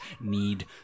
need